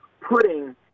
putting